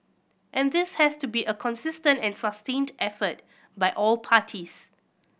and this has to be a consistent and sustained effort by all parties